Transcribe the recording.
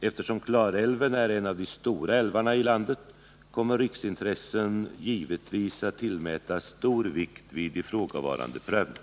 Eftersom Klarälven är en av de stora älvarna i landet kommer riksintressen givetvis att tillmätas stor vikt vid ifrågavarande prövning.